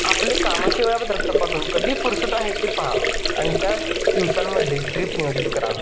आपले कामाचे वेळापत्रक तपासून कधी फुर्सत आहे ते पहा आणि त्या दिवसांमध्ये ट्रिप नियोजित करा